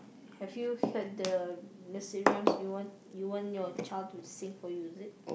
have you heard the nursery rhymes you want you want your child to sing for you is it